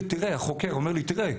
החוקר אומר לי: תראה,